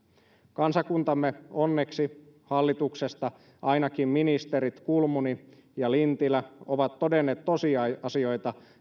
kansakuntamme onneksi hallituksesta ainakin ministerit kulmuni ja lintilä ovat todenneet tosiasioita